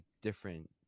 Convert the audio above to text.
different